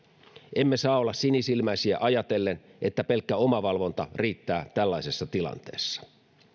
emme saa olla sinisilmäisiä ajatellen että pelkkä omavalvonta riittää tällaisessa tilanteessa